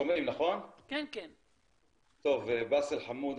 באסל חמוד,